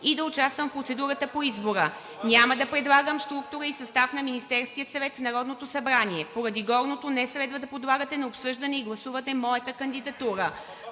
и да участвам в процедурата по избора. Няма да предлагам структура и състав на Министерския съвет в Народното събрание. Поради горното не следва да подлагате на обсъждане и гласуване моята кандидатура.“